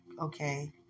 okay